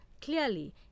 clearly